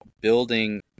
building